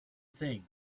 thing